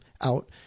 out